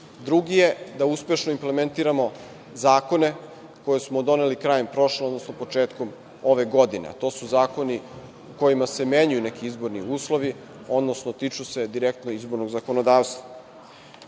Drugi je da uspešno implementiramo zakone koje smo doneli krajem prošle, odnosno početkom ove godine. To su zakoni kojima se menjaju neki izborni uslovi, odnosno tiču se direktno izbornog zakonodavstva. Mi